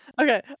Okay